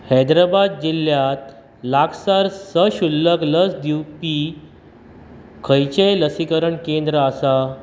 हैदराबाद जिल्ल्यांत लागसार सशुल्क लस दिवपी खंयचें लसीकरण केंद्र आसा